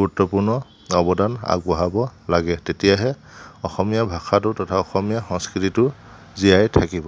গুৰুত্বপূৰ্ণ অৱদান আগবঢ়াব লাগে তেতিয়াহে অসমীয়া ভাষাটো তথা অসমীয়া সংস্কৃতিটো জীয়াই থাকিব